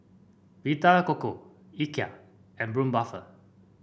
Vita Coco Ikea and Braun Buffel